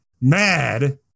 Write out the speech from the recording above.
mad